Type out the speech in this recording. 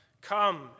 Come